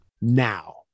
Now